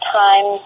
time